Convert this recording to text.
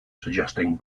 suggesting